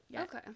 Okay